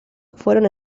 fueron